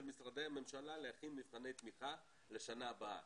משרדי הממשלה להכין מבחני תמיכה לשנה הבאה,